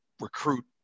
recruit